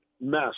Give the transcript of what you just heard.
mess